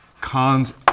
cons